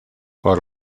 por